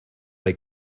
hay